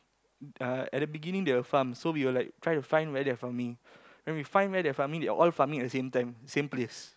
uh at the beginning they'll farm so we will like try to find like where they're farming when we find where they're farming they're all farming at the same time same place